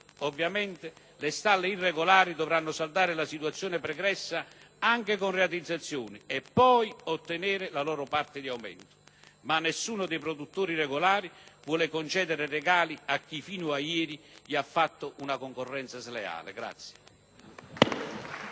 Ovviamente le stalle irregolari dovranno saldare la situazione pregressa anche con rateizzazioni e poi ottenere la loro parte di aumento, ma nessuno dei produttori regolari vuole concedere regali a chi fino a ieri gli ha fatto una concorrenza sleale.